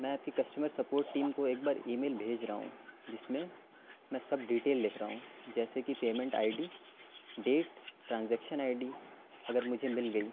میں آپ کی کسٹمر سپورٹ ٹیم کو ایک بار ای میل بھیج رہا ہوں جس میں میں سب ڈیٹیل لکھ رہا ہوں جیسے کہ payment I D date transaction I D اگر مجھے مل گئی